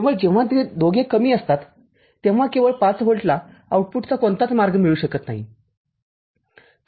केवळ जेव्हा ते दोघे कमी असतात तेव्हा केवळ ५ व्होल्टला आऊटपुटचा कोणताच मार्ग मिळू शकत नाही